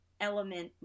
element